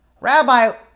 Rabbi